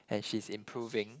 and she's improving